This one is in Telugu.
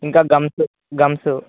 ఇంకా గమ్సు గమ్సు